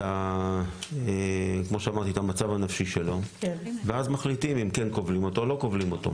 את המצב הנפשי שלו ואז מחליטים או כובלים אותו או לא.